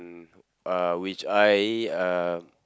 uh which I uh